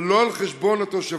אבל לא על חשבון התושבים.